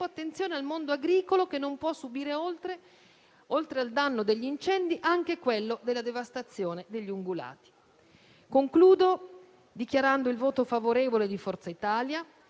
attenzione al mondo agricolo, che non può subire, oltre al danno degli incendi, anche quello della devastazione degli ungulati. Concludo dichiarando il voto favorevole di Forza Italia,